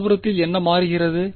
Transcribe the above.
வலதுபுறத்தில் என்ன மாறுகிறது